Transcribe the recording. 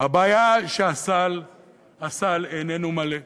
הבעיה היא שהסל איננו מלא,